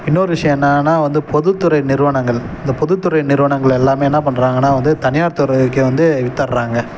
இன்னொரு விஷ்யம் என்னன்னா வந்து பொதுத்துறை நிறுவனங்கள் இந்தப் பொதுத்துறை நிறுவனங்கள் எல்லாமே என்ன பண்றாங்கன்னால் வந்து தனியார் துறைக்கே வந்து விற்றுட்றாங்க